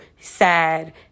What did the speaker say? sad